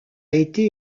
été